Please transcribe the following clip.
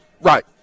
Right